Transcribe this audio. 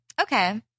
Okay